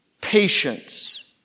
patience